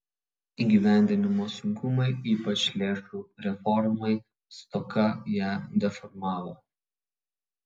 įgyvendinimo sunkumai ypač lėšų reformai stoka ją deformavo